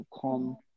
come